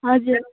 हजुर